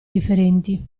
differenti